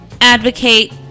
advocate